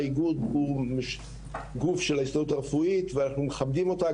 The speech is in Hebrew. האיגוד הוא גוף של ההסתדרות הרפואית ואנחנו מכבדים אותה.